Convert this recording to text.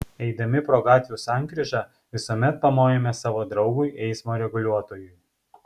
eidami pro gatvių sankryžą visuomet pamojame savo draugui eismo reguliuotojui